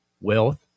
wealth